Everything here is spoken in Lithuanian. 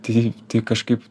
tai tai kažkaip